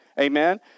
Amen